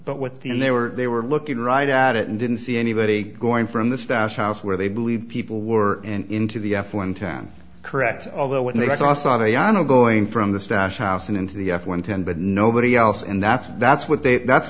but with the end they were they were looking right at it and didn't see anybody going from the stash house where they believe people were in to the f one town correct although what they call saviano going from the stash house and into the f one ten but nobody else and that's that's what they that's